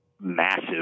massive